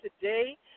today